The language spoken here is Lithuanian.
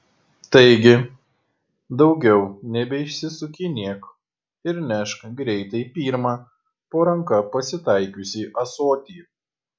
taigi daugiau nebeišsisukinėk ir nešk greitai pirmą po ranka pasitaikiusį ąsotį